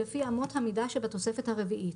לפי אמות המידה שבתוספת הרביעית,